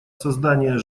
создание